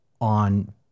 on